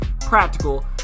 practical